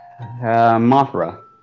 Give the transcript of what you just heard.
Mothra